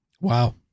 wow